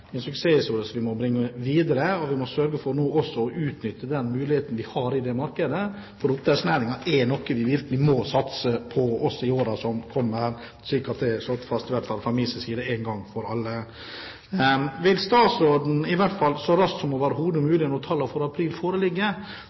en suksesshistorie som vi må bringe videre. Vi må nå sørge for å utnytte den muligheten vi har i markedet, for oppdrettsnæringen er noe vi virkelig må satse på også i årene som kommer. Så er det slått fast fra min side én gang for alle. Vil statsråden så raskt som overhodet mulig, når tallene for april foreligger,